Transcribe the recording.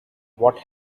what